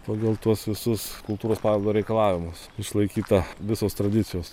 pagal tuos visus kultūros paveldo reikalavimus išlaikyta visos tradicijos